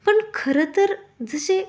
पण खरंतर जसे